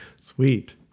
Sweet